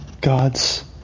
God's